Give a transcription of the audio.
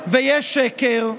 ויש שקר,